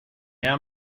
han